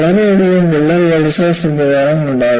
വളരെയധികം വിള്ളൽ വളർച്ചാ സംവിധാനങ്ങൾ ഉണ്ടാകാം